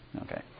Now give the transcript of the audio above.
Okay